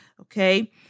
Okay